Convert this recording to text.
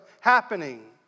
happening